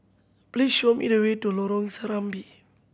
please show me the way to Lorong Serambi